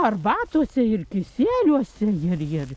arbatose ir kisieliuose ir ir